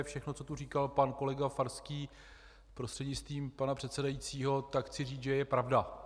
Všechno, co tu říkal pan kolega Farský, prostřednictvím pana předsedajícího, tak chci říct, že je pravda.